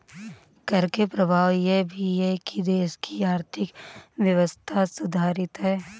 कर के प्रभाव यह भी है कि देश की आर्थिक व्यवस्था सुधरती है